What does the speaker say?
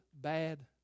bad